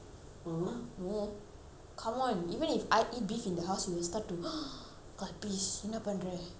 come on even if I eat beef in the house he will start to என்ன பண்ற:enna pandre how dare you